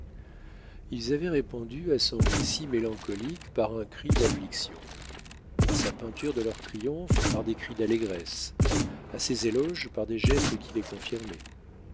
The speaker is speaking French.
ils avaient répondu à son récit mélancolique par un cri d'affliction à sa peinture de leurs triomphes par des cris d'allégresse à ses éloges par des gestes qui les confirmaient